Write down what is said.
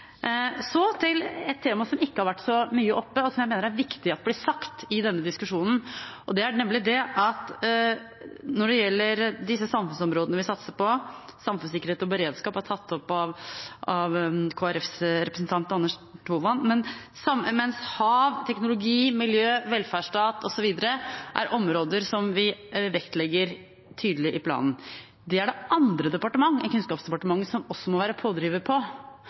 Så til et tema som ikke har vært så mye oppe, og som jeg mener er viktig at blir sagt i denne diskusjonen. Det er nemlig at disse samfunnsområdene vi satser på, samfunnssikkerhet og beredskap, er tatt opp av Kristelig Folkepartis representant Anders Tyvand, mens hav, teknologi, miljø, velferdsstat osv. er områder som vi vektlegger tydelig i planen. Der må andre departement enn Kunnskapsdepartementet også være pådrivere. Det som